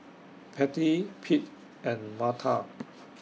Patty Pete and Marta